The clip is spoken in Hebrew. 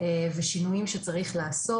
ושינויים שצריך לעשות.